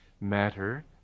matter